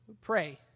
pray